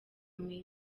mayor